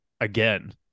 again